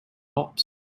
hops